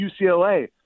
UCLA